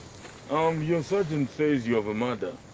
um your sergeant says you have murder.